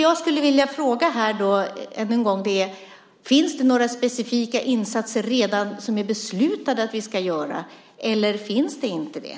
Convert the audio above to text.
Jag skulle vilja fråga: Finns det några specifika insatser redan beslutade, eller finns det inte det?